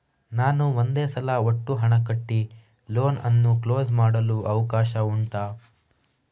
ನಾನು ಒಂದೇ ಸಲ ಒಟ್ಟು ಹಣ ಕಟ್ಟಿ ಲೋನ್ ಅನ್ನು ಕ್ಲೋಸ್ ಮಾಡಲು ಅವಕಾಶ ಉಂಟಾ